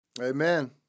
Amen